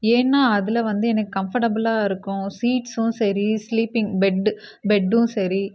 ஏன்னால் அதில் வந்து எனக்கு கம்ஃபர்ட்டபிளாக இருக்கும் சீட்ஸும் சரி ஸ்லீப்பிங் பெட்டு பெட்டும் சரி